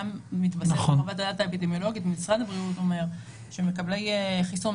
מתבקשת חוות דעת אפידמיולוגית ומשרד הבריאות אומר שמקבלי חיסון,